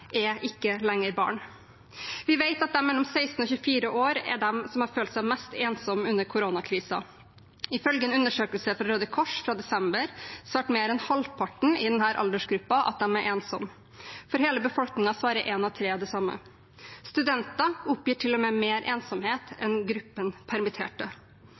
er ikke lenger barn. Vi vet at de mellom 16 og 24 år er de som har følt seg mest ensomme under koronakrisen. Ifølge en undersøkelse fra Røde Kors fra desember svarte mer enn halvparten i denne aldersgruppen at de er ensomme. For hele befolkningen svarer en av tre det samme. Studenter oppgir til og med mer ensomhet enn gruppen permitterte.